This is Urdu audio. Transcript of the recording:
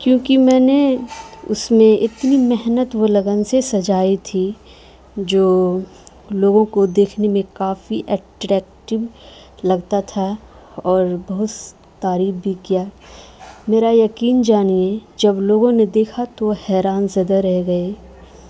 کیونکہ میں نے اس میں اتنی محنت وہ لگن سے سجائی تھی جو لوگوں کو دیکھنے میں کافی اٹریکٹیو لگتا تھا اور بہت تعریف بھی کیا میرا یقین جانیے جب لوگوں نے دیکھا تو وہ حیران زدہ رہ گئے